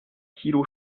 kilo